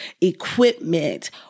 equipment